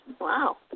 Wow